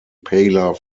paler